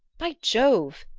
by jove,